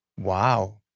wow.